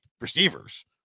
receivers